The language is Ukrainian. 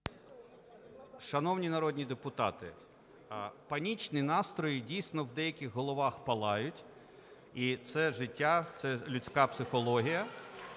Шановні народні депутати, панічні настрої дійсно в деяких головах палають, і це життя, це людська психологія.